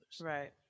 right